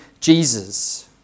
Jesus